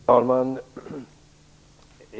Fru talman!